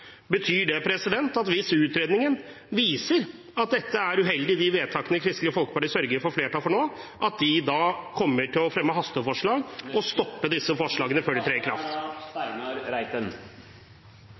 Betyr det at hvis utredningen viser at dette er uheldig, de vedtakene Kristelig Folkeparti sørger for å få flertall for nå, så kommer de til å fremme hasteforslag og stoppe disse forslagene før de trer i kraft?